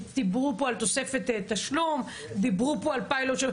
דיברו פה על תוספת תשלום, דיברו פה על פיילוט.